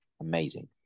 Amazing